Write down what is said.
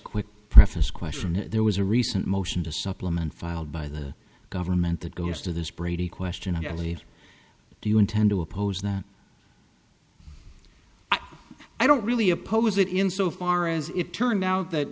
quick preface question there was a recent motion to supplement filed by the government that goes to this brady question do you intend to oppose that i don't really oppose it in so far as it turned out that